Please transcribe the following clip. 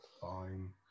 fine